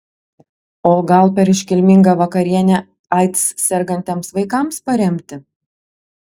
o gal per iškilmingą vakarienę aids sergantiems vaikams paremti